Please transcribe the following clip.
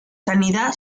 sanidad